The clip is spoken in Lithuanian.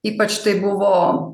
ypač tai buvo